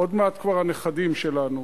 עוד מעט כבר הנכדים שלנו,